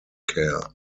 care